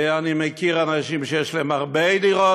ואני מכיר אנשים שיש להם הרבה דירות,